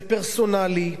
זה פרסונלי,